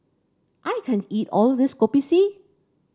I can't eat all of this Kopi C